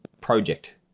project